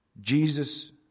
Jesus